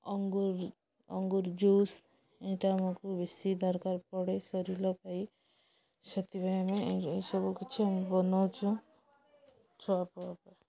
ଅଙ୍ଗୁର ଅଙ୍ଗୁର ଜୁସ୍ ଏଇଟା ଆମକୁ ବେଶୀ ଦରକାର ପଡ଼େ ଶରୀର ପାଇ ସେଥିପାଇଁ ଆମେ ଏସବୁ କିଛି ଆମ ବନାଉଛୁ ଛୁଆପୁଆ ପାଇଁ